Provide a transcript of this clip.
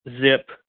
Zip